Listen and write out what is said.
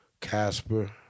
Casper